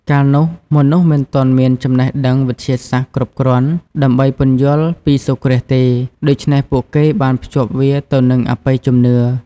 កាលនោះ មនុស្សមិនទាន់មានចំណេះដឹងវិទ្យាសាស្ត្រគ្រប់គ្រាន់ដើម្បីពន្យល់ពីសូរ្យគ្រាសទេ ដូច្នេះពួកគេបានភ្ជាប់វាទៅនឹងអបិយជំនឿ ។